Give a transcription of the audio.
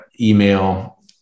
email